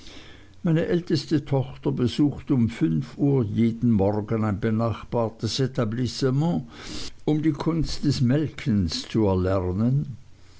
meine älteste tochter besucht um fünf uhr jeden morgen ein benachbartes etablissement um die kunst des melkens zu erlernen